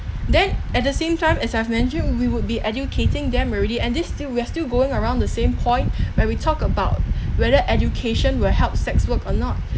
then at the same time as i've mentioned we would be educating them already and this still we're still going around the same point where we talked about whether education will help sex work or not